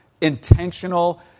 intentional